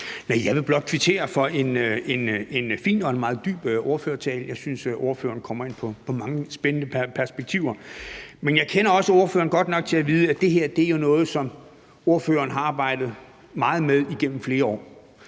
Jeg vil blot kvittere for en fin og en meget dyb ordførertale. Jeg synes, ordføreren kommer ind på mange spændende perspektiver. Jeg kender også ordføreren godt nok til at vide, at det her er noget, som ordføreren har arbejdet meget med igennem flere år.